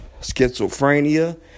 schizophrenia